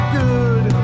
good